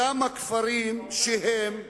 כמה כפרים שהם לא,